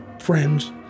friends